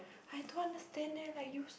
I don't understand there like you